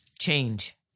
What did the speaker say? change